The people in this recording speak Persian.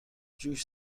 جوش